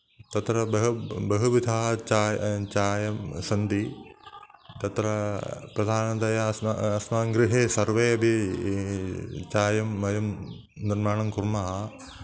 तत्र बहवः बहुविधाः चाय् चायं सन्ति तत्र प्रधानतया अस्माकम् अस्माकं गृहे सर्वे अपि चायं वयं निर्माणं कुर्मः